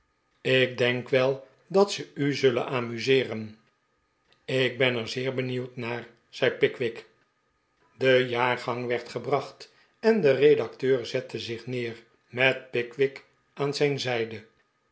ik denk wel dat ze u zullen amuseeren ik ben er zeer benieuwd naar zei pickwick de jaargang werd gebracht en de redacteur zette zich neer met pickwick aan zijn zijde